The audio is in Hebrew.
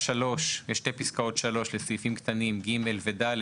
שתי פסקאות (3) לסעיפים קטנים (ג) ו-(ד)